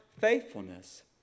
faithfulness